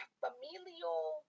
familial